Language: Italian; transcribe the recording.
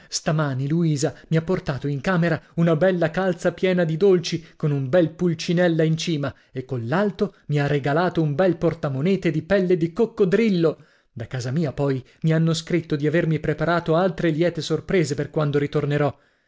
stamani luisa mi ha portato in camera una bella calza piena di dolci con un bel pulcinella in cima e collalto mi ha regalato un bel portamonete di pelle di coccodrillo da casa mia poi mi hanno scritto di avermi preparato altre liete sorprese per quando ritornerò